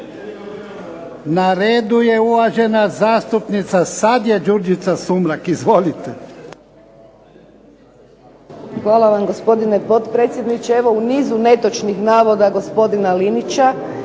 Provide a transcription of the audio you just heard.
Na redu je uvažena zastupnica, sad je, Đurđica Sumrak. Izvolite. **Sumrak, Đurđica (HDZ)** Hvala vam gospodine potpredsjedniče. Evo u nizu netočnih navoda gospodina Linića